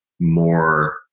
more